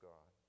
God